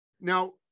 Now